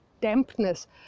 dampness